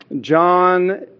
John